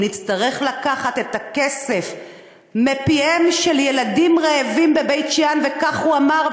אם נצטרך לקחת את הכסף מפיהם של ילדים רעבים בבית-שאן וכך הוא אמר,